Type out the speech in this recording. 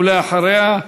ואחריה,